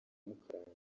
mukarange